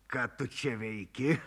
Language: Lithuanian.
ką tu čia veiki